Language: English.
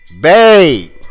Babe